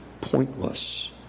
pointless